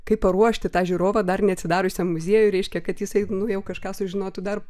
kaip paruošti tą žiūrovą dar neatsidariusiam muziejui reiškia kad jisai nu jau kažką sužinotų dar